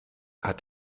hat